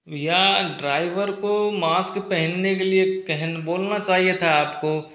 भैया ड्राइवर को मास्क पहनने के लिए कह बोलना चाहिए था आपको